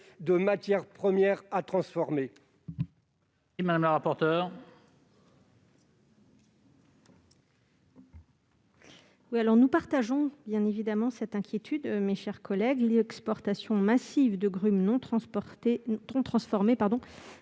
de matières premières à transformer.